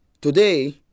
Today